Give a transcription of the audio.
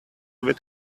with